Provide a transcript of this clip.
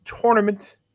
tournament